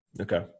Okay